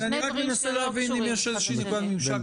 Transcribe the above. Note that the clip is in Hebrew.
אני רק מנסה להבין אם יש איזושהי נקודת ממשק.